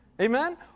Amen